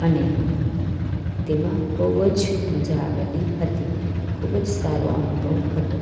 અને તેમાં બહુ જ મજા આવેલી હતી ખૂબ જ સારો અનુભવ હતો